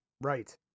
Right